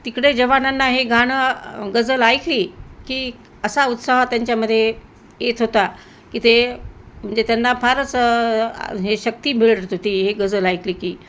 तिकडे जवानांना हे गाणं गझल ऐकली की असा उत्साह त्यांच्यामध्ये येत होता की ते म्हणजे त्यांना फारच हे शक्ती मिळत होती हे गझल ऐकली की